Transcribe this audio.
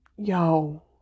Yo